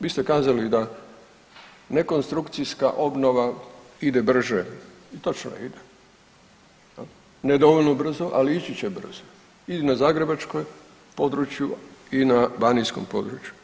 Vi ste kazali da ne konstrukcijska obnova ide brže, točno ide, ne dovoljno brzo, ali ići će brzo i na zagrebačkom području i na banijskom području.